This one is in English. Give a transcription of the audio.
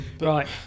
Right